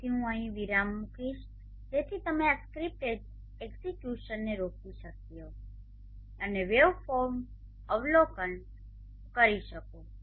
તેથી હું અહીં વિરામ મૂકીશ જેથી તમે આ સ્ક્રિપ્ટ એક્ઝેક્યુશનને રોકી શકશો અને વેવફોર્મ અવલોકન કરી શકશો